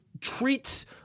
treats